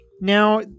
Now